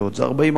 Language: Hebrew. זה 40%